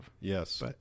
Yes